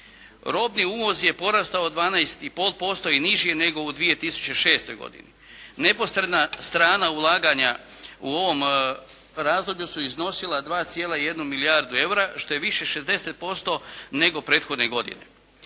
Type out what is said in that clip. Robni uvoz je porastao 12,5% i niži je nego u 2006. godini. Neposredna strana ulaganja u ovom razdoblju su iznosila 2,1 milijardu eura što je više 60% nego prethodne godine.